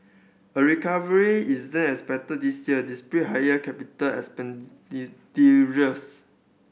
a recovery isn't expected this year despite higher capital